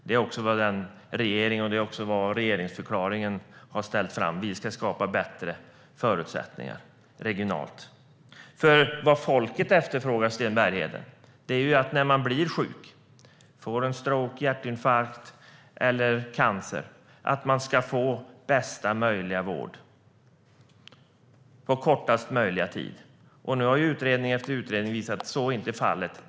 Det är också vad regeringen och regeringsförklaringen har ställt fram: Vi ska skapa bättre förutsättningar regionalt. Vad folket efterfrågar, Sten Bergheden, är att när man blir sjuk, till exempel får en stroke, en hjärtinfarkt eller cancer, ska man få bästa möjliga vård på kortast möjliga tid. Nu har utredning efter utredning visat att så inte är fallet.